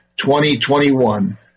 2021